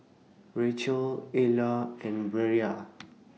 Rachelle Eulah and Brea